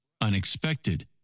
unexpected